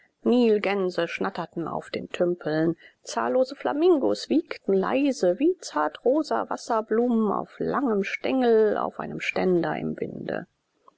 nilgänse schnatterten auf den tümpeln zahllose flamingos wiegten leise wie zartrote wasserblumen auf langem stengel auf einem ständer im winde